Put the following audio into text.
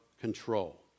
control